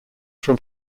from